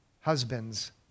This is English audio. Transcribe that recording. husbands